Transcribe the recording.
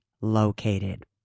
located